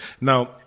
Now